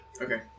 Okay